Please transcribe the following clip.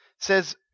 says